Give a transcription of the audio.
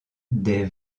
des